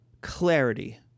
clarity